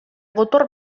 gotor